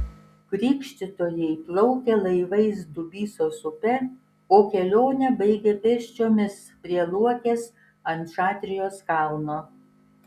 krikštytojai plaukė laivais dubysos upe o kelionę baigė pėsčiomis prie luokės ant šatrijos kalno